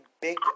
big